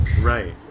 Right